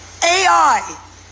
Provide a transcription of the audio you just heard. AI